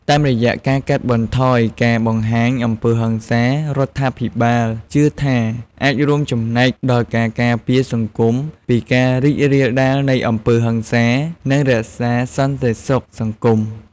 តាមរយៈការកាត់បន្ថយការបង្ហាញអំពើហិង្សា រដ្ឋាភិបាលជឿថាអាចរួមចំណែកដល់ការការពារសង្គមពីការរីករាលដាលនៃអំពើហិង្សា និងរក្សាសន្តិសុខសង្គម។